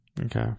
okay